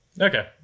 Okay